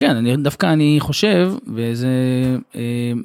כן, דווקא אני חושב וזה.